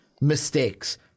mistakes